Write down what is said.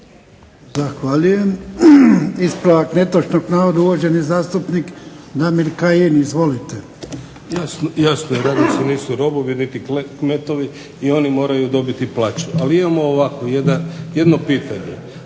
Zahvaljujem. Ispravak netočnog navoda uvažani zastupnik DAmir Kajin. Izvolite. **Kajin, Damir (IDS)** Jasno je da radnici nisu robovi niti kmetovi i oni moraju dobiti plaću. Al imamo ovako jedno pitanje.